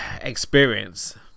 experience